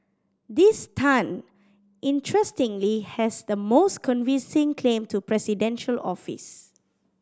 this Tan interestingly has the most convincing claim to presidential office